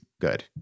good